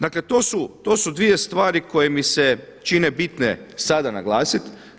Dakle, to su dvije stvari koje mi se čine bitne sada naglasiti.